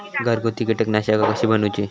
घरगुती कीटकनाशका कशी बनवूची?